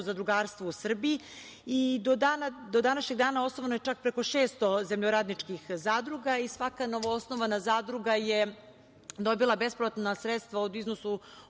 zadrugarstvo u Srbiji i do današnjeg dana osnovano je čak preko 600 zemljoradničkih zadruga i svaka novoosnovana zadruga je dobila bespovratna sredstva o iznosu